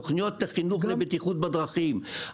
תוכניות לחינוך לבטיחות בדרכים,